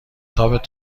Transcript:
تاپ